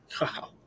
Wow